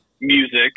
music